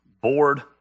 bored